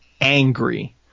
angry